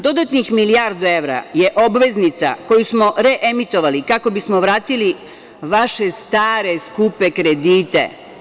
Dodatnih milijardu evra je obveznica koja su smo reemitovali kako bismo vratili vaše stare skupe kredite.